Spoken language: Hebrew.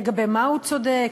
לגבי מה הוא צודק,